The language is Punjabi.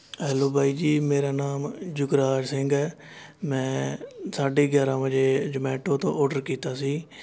ਹੈਲੋ ਬਾਈ ਜੀ ਮੇਰਾ ਨਾਮ ਜੁਗਰਾਜ ਸਿੰਘ ਹੈ ਮੈਂ ਸਾਢੇ ਗਿਆਰ੍ਹਾਂ ਵਜੇ ਜਮੈਟੋ ਤੋਂ ਔਡਰ ਕੀਤਾ ਸੀ